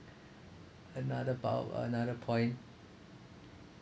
another about another point